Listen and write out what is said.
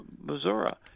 Missouri